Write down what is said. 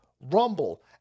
Rumble